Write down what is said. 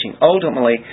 Ultimately